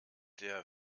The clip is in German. der